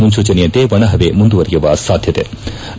ಮುನ್ಲೂಚನೆಯಂತೆ ಒಣ ಹವೆ ಮುಂದುವರಿಯುವ ಸಾಧ್ಯತೆಯಿದೆ